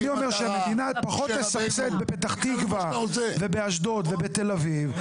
אני אומר שהמדינה פחות תסבסד בפתח תקווה ובאשדוד ובתל אביב,